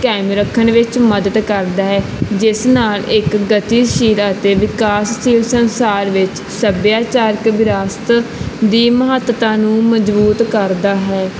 ਕਾਇਮ ਰੱਖਣ ਵਿੱਚ ਮਦਦ ਕਰਦਾ ਹੈ ਜਿਸ ਨਾਲ ਇੱਕ ਗਤੀਸ਼ੀਲ ਅਤੇ ਵਿਕਾਸਸ਼ੀਲ ਸੰਸਾਰ ਵਿੱਚ ਸੱਭਿਆਚਾਰਕ ਵਿਰਾਸਤ ਦੀ ਮਹੱਤਤਾ ਨੂੰ ਮਜ਼ਬੂਤ ਕਰਦਾ ਹੈ